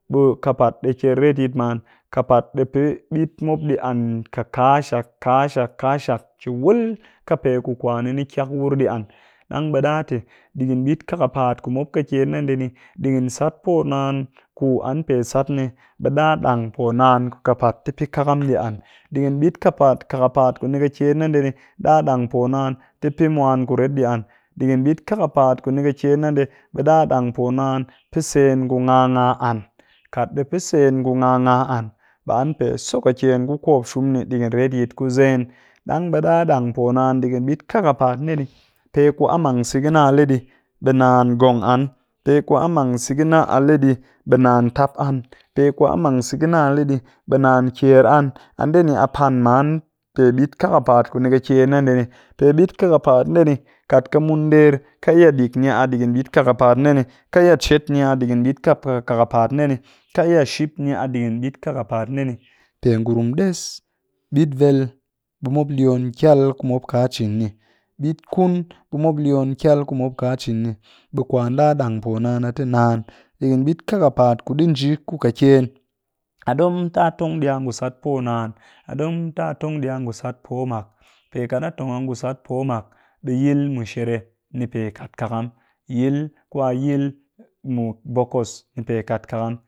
Ɓe ƙɨpaat ɗii kyel retyit man, ƙɨpaat ɗi pɨ ɓit mop ɗii an ƙɨ ka-shak ka-shak ki wul ƙɨ pee ku kwan ni, ni kyak wur ɗii an ɗang be tɨ digin ɓit kakapaat ku mop ƙɨkyen na ndee ni, ɗigin sat poo naan ku an pe sat ni, ɓe ɗang po naan ku ƙɨpaat tɨ pɨ kakam ɗii an, ɗigin ɓit kakapaat ku ni ƙɨkyen na ndee ni, ɗa ɗang po naan tɨ pɨ mwan kuret an, ɗigin ɓit kakapaat ku ƙɨkyen naɗa ɗang poo naan tɨ pɨ sen ku ngaa ngaa kat ɗi pɨ sen ku ngaa ngaa an ɓe an pe so ƙɨkyen ku kop shun ni ɗigin retyit ku zen ɗang ɓe ɗa ɗang po naan ɗigin ɓit kakapaat ndee ni, pe ku a mang sigi na a le ɗii ɓe naan ngong an, pe ku a mang sigi na a le ɗii ɓe naan tap an, pe ku a mang sigi na a le ɗii ɓe naan kyer an, a ndee ni a pan man pe ɓit kakapaat ku ni ƙɨkyen na ndee ni. Pe ɓit kakapaat ndee ni kat ƙɨ mun nder iya dik ni ayi ɓit kakapaat ndee ni, ƙɨ iya cet ni a yi ɓit kakapaat ndee ni, ƙɨ iya ship ni a ɗigin ɓit kakapaat ndee ni, pe ngurum ɗes ɓit vel ɓe mop lyon kyal ku mop ka cin ni, ɓit kun mop lyon kyal ku mopka cin ni. Ɓe kwan ɗa ɗang po naan a tɨ naan ɗigin ɓit kakapaat ɗi nji ƙɨkyen, a ɗom tɨ a tong ɗii a ngu sat poo naan, a ɗom tɨ a ɗe a ngu sat poo mak, pe kat a tong a ngu sat po mak ɓe yil mushere ni pe kat kakam, yil ku a yil mu bokkos pe kat kakam